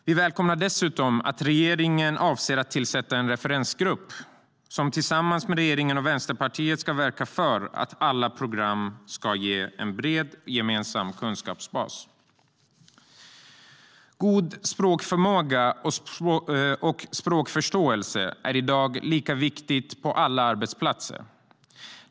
Vi välkomnar dessutom att regeringen avser att tillsätta en referensgrupp som tillsammans med regeringen och Vänsterpartiet ska verka för att alla program ska ge en bred, gemensam kunskapsbas. God språkförmåga och språkförståelse är i dag lika viktigt på alla arbetsplatser.